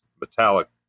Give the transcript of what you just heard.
metallic